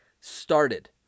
started